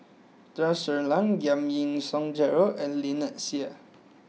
Tun Sri Lanang Giam Yean Song Gerald and Lynnette Seah